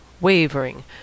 wavering